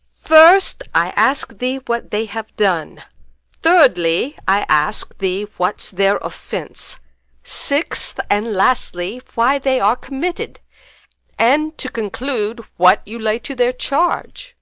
first, i ask thee what they have done thirdly, i ask thee what's their offence sixth and lastly, why they are committed and, to conclude, what you lay to their charge?